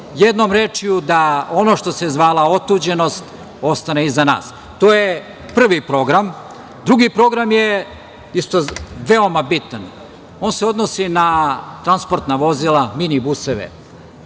Jednom rečju, da ono što se zvala otuđenost ostane iza nas. To je prvi program. Drugi program je isto veoma bitan. On se odnosi na transportna vozila, minibuseve.